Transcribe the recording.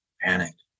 panicked